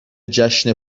جشن